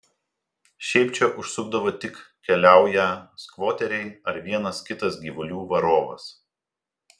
šiaip čia užsukdavo tik keliaują skvoteriai ar vienas kitas gyvulių varovas